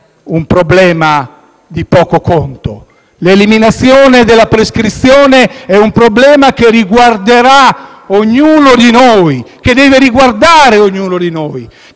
un problema di poco conto. L'eliminazione della prescrizione è un problema che riguarderà ognuno di noi, che deve riguardare ognuno di noi,